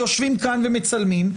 ויושבים כאן ומצלמים,